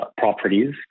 properties